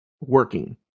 working